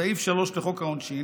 סעיף 3 לחוק העונשין,